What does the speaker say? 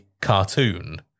cartoon